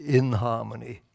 inharmony